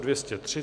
203.